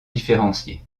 différencier